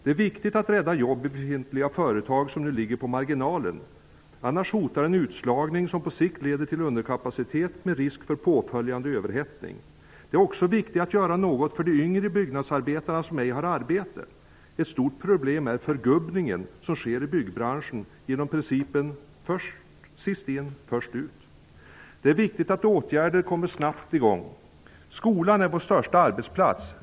Det är viktigt att rädda jobb i befintliga företag som nu ligger på marginalen, annars hotar en utslagning som på sikt leder till underkapacitet med risk för påföljande överhettning. Det är också viktigt att göra något för de yngre byggnadsarbetarna som inte har arbete. Förgubbningen är ett stort problem i byggbranschen. Den sker genom principen sist in -- först ut. Det är viktigt att åtgärder snabbt kommer i gång. Skolan är vår största arbetsplats.